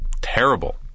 terrible